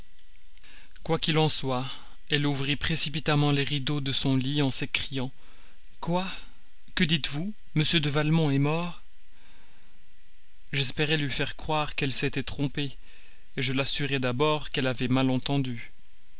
quoi qu'il en soit elle ouvrit précipitamment les rideaux de son lit en s'écriant quoi que dites-vous m de valmont est mort j'espérais lui faire croire qu'elle s'était trompée je l'assurai d'abord qu'elle avait mal entendu